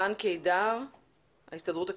רן קידר מההסתדרות הכללית.